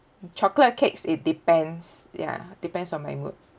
chocolate cakes it depends ya depends on my mood